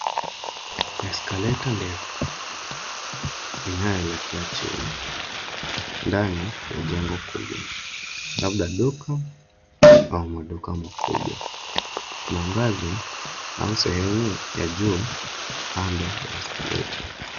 Eskaleta refu inayoelekea chini, ndani ya jengo kubwa, labda duka au maduka makubwa, kuna ngazi au sehemu ya juu kando ya eskaleta.